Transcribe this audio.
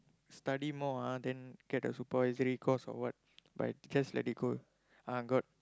study more ah then get a supervisory course or what but I just let it go I got